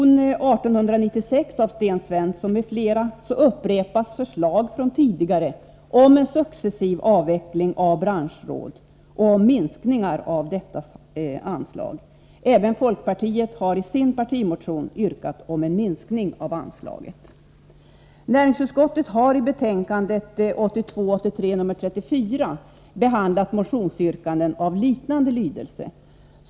Näringsutskottet har i betänkande 1982/83:34 behandlat motionsyrkanden av liknande lydelse.